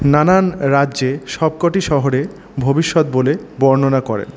নানান রাজ্যে সবকটি শহরে ভবিষ্যত বলে বর্ণনা করে